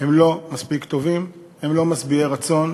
הם לא מספיק טובים, הם לא משביעי רצון.